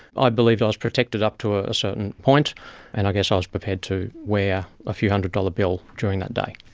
i believed i was protected up to ah a certain point and i guess i was prepared to wear a few hundred dollar bill during that day.